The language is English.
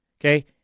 Okay